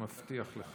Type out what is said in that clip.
מבטיח לך.